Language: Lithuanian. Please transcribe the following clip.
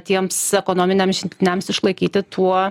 tiems ekonominiams židiniams išlaikyti tuo